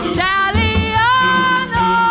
Italiano